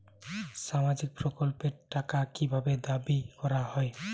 সামাজিক প্রকল্পের টাকা কি ভাবে দাবি করা হয়?